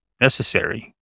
necessary